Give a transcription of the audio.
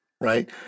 right